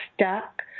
stuck